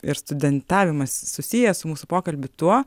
ir studentavimas susijęs su mūsų pokalbiu tuo